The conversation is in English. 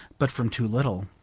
but from too little